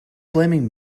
blaming